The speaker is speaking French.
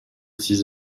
six